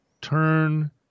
turn